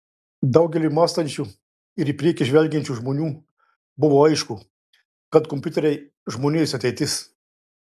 daugeliui mąstančių ir į priekį žvelgiančių žmonių buvo aišku kad kompiuteriai žmonijos ateitis